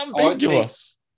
ambiguous